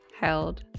held